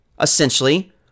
essentially